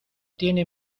tiene